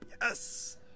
Yes